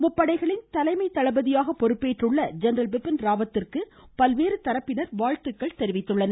முப்படைகளின் தலைமை தளபதியாக பொறுப்பேற்றுள்ள ஜெனரல் பிபின் ராவத்திற்கு பல்வேறு தரப்பினர் வாழ்த்துக்கள் தெரிவித்துள்ளனர்